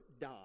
die